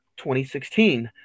2016